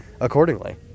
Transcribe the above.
accordingly